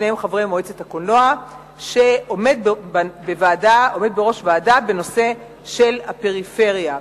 שעומד בראש ועדה בנושא הפריפריה.